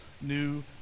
new